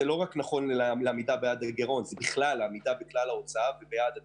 זה נכון לא רק לעמידה ביעד הגירעון זה בכלל לעמידה בכל יעדי התקציב.